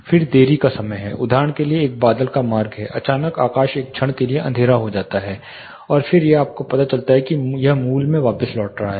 फिर देरी का समय है उदाहरण के लिए एक बादल का मार्ग है अचानक आकाश एक क्षण के लिए अंधेरा हो जाता है और फिर यह आपको पता है कि यह मूल में वापस लौट रहा है